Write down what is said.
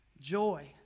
joy